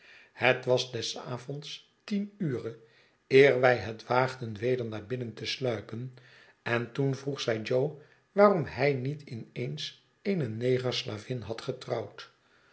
het was des avonds tien ure eer wij het waagden weder naar binnen te sluipen en toen vroeg zij jo waarom hij niet in eens eene negerslavin had getrouwd